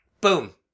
boom